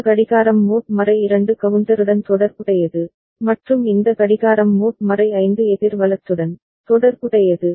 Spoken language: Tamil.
இந்த கடிகாரம் மோட் 2 கவுண்டருடன் தொடர்புடையது மற்றும் இந்த கடிகாரம் மோட் 5 எதிர் வலத்துடன் தொடர்புடையது